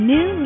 New